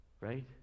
Right